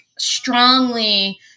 strongly